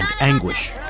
anguish